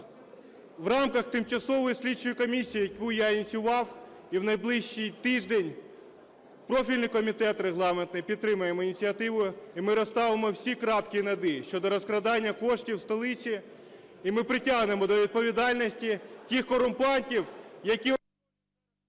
в рамках тимчасової слідчої комісії, яку я ініціював, і в найближчий тиждень профільний комітет регламентний підтримає мою ініціативу, і ми розставимо всі крапки над "і" щодо розкрадання коштів у столиці, і ми притягнемо до відповідальності тих корумпантів, які…